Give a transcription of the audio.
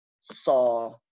saw